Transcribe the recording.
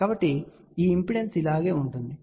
కాబట్టి ఈ ఇంపెడెన్స్ ఇలాగే ఉందని మీరు చూడవచ్చు